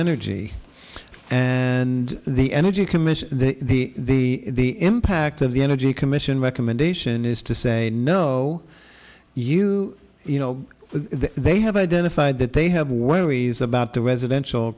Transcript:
energy and the energy commission the impact of the energy commission recommendation is to say no you you know they have identified that they have worries about the residential